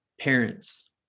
parents